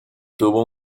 tuvo